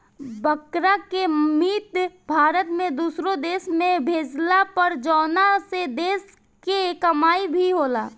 बकरा के मीट भारत से दुसरो देश में भेजाला पर जवना से देश के कमाई भी होला